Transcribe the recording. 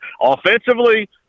offensively